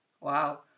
wow